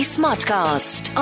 Smartcast